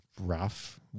rough